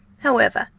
however,